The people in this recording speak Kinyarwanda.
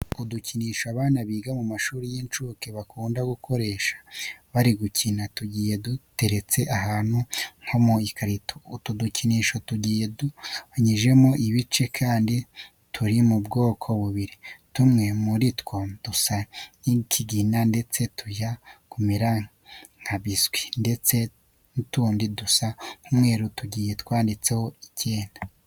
Udukinisho abana biga mu mashuri y'inshuke bakunda gukoresha bari gukina tugiye duteretse ahantu nko mu gikarito. Utu dukinisho tugiye tugabanyijemo ibice kandi turi mu bwoko bubiri. Tumwe muri two dusa nk'ikigina ndetse tujya kumera nka biswi ndetse n'utundi dusa nk'umweru tugiye twanditseho icyenda.